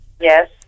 Yes